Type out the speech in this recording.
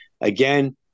Again